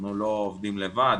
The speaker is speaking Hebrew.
אנחנו לא עובדים לבד,